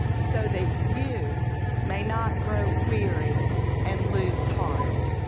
so that you may not grow weary and lose heart.